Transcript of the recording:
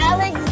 Alex